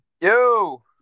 Yo